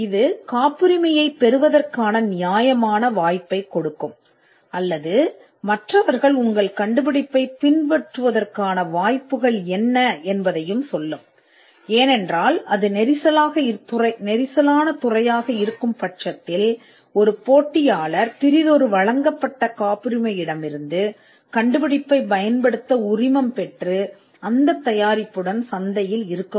இப்போது இது காப்புரிமையைப் பெறுவதற்கான நியாயமான வாய்ப்பைக் கொடுக்கும் அல்லது மற்றவர்கள் உங்கள் கண்டுபிடிப்பைப் பின்பற்றுவதற்கான வாய்ப்புகள் என்ன ஏனென்றால் இது ஒரு நெரிசலான துறையாக இருந்தால் ஒரு போட்டியாளர் மற்றொரு கண்டுபிடிப்பிலிருந்து உரிமம் பெறலாம் மற்றும் வழங்கப்பட்ட மற்றொரு காப்புரிமையிலிருந்து மற்றும் இன்னும் தயாரிப்புடன் சந்தையில் இருங்கள்